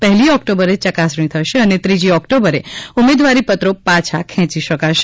પહેલી ઓકટોબરે ચકાસણી થશે અને ત્રીજી ઓકટોબરે ઉમેદવારીપત્રો પાછાં ખેંચી શકાશે